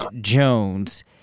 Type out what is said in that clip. Jones